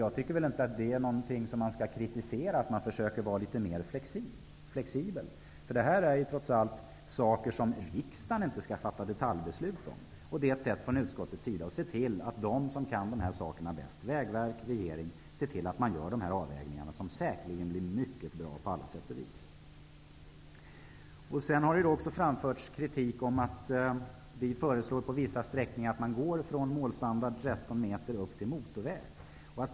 Jag tycker inte att man skall kritisera att vi försöker vara litet mer flexibla. Det här är trots allt saker som riksdagen inte skall fatta detaljbeslut om. Det är ett sätt att från utskottets sida se till att de som kan dessa saker bäst -- Vägverket, regeringen -- ser till att de här avvägningarna görs. Det blir säkerligen mycket bra på alla sätt och vis. Det har också framförts kritik mot att vi föreslår att man på vissa sträckor skall gå från målstandard 13 meter upp till motorvägsstandard.